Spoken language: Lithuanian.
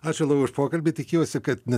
ačiū labai už pokalbį tikiuosi kad ne